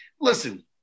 listen